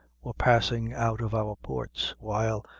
were passing out of our ports, while,